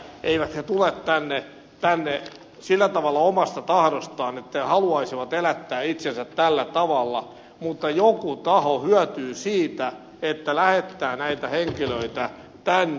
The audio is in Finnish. eivät he tule tänne sillä tavalla omasta tahdostaan että he haluaisivat elättää itsensä tällä tavalla mutta joku taho hyötyy siitä että lähettää näitä henkilöitä tänne